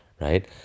right